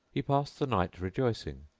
he passed the night rejoicing,